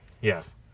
Yes